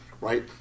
right